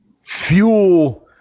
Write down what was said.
fuel